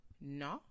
No